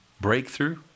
breakthrough